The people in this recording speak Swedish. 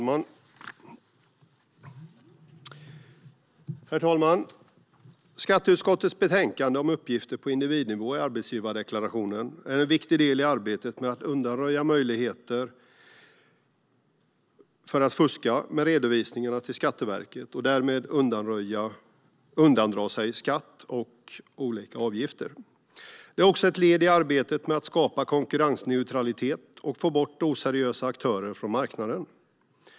Herr talman! Skatteutskottets betänkande om uppgifter på individnivå i arbetsgivardeklarationen är en viktig del i arbetet med att undanröja möjligheter att fuska med redovisningarna till Skatteverket och därmed undandra sig skatt och olika avgifter. Det är också ett led i arbetet med att skapa konkurrensneutralitet och få bort oseriösa aktörer från marknaden.